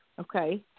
Okay